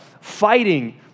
fighting